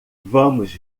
vamos